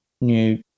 new